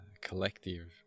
collective